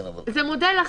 זה מודל אחר.